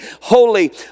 holy